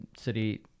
City